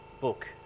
book